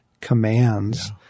commands